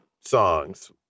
songs